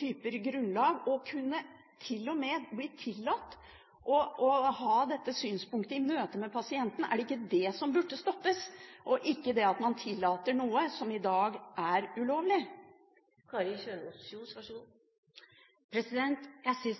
typer grunnlag, og at det til og med skal bli tillatt å ha dette synspunktet i møte med pasienten? Er det ikke det som burde stoppes – ikke at man tillater noe som i dag er ulovlig? Jeg synes